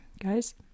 guys